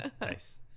Nice